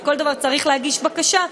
ועל כל דבר צריך להגיש בקשה.